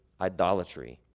idolatry